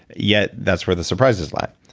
yet that's where the surprises lie.